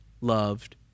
loved